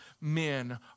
men